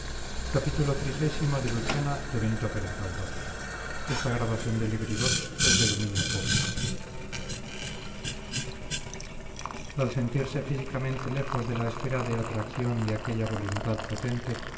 al sentirse físicamente lejos de la esfera de atracción de aquella voluntad potente